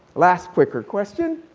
last clicker question.